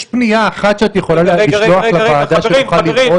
יש פנייה אחת שאת יכולה לשלוח לוועדה שהיא תוכל לראות?